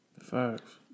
Facts